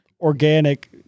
Organic